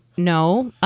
no,